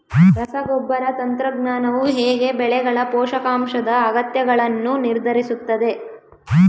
ರಸಗೊಬ್ಬರ ತಂತ್ರಜ್ಞಾನವು ಹೇಗೆ ಬೆಳೆಗಳ ಪೋಷಕಾಂಶದ ಅಗತ್ಯಗಳನ್ನು ನಿರ್ಧರಿಸುತ್ತದೆ?